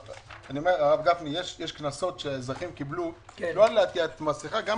אומר, יש קנסות שהאזרחים קיבלו דוח